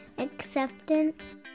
Acceptance